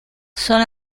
son